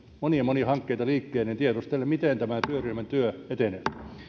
monia monia hankkeita liikkeelle niin tiedustelen miten tämä työryhmän työ etenee